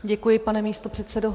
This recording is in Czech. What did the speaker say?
Děkuji, pane místopředsedo.